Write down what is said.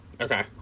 Okay